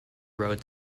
rode